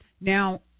Now